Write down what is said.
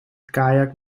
kajak